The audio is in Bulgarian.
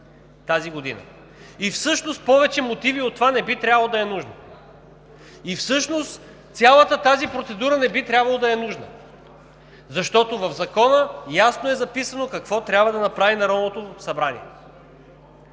тази година. Всъщност повече мотиви от това не би трябвало да са нужни. Всъщност цялата тази процедура не би трябвало да е нужна, защото в Закона ясно е записано какво трябва да направи Народното събрание.